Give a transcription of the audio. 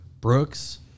Brooks